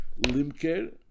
limker